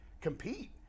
compete